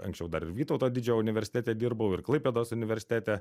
anksčiau dar ir vytauto didžiojo universitete dirbau ir klaipėdos universitete